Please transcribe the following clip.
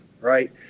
right